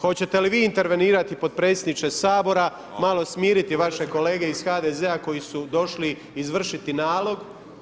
Hoćete li vi intervenirati potpredsjedniče Sabora, malo smiriti vaše kolege iz HDZ-a koji su došli izvršiti nalog?